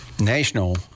national